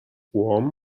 worm